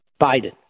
Biden